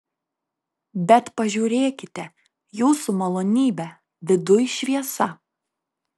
bet pažiūrėkite jūsų malonybe viduj šviesa